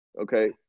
okay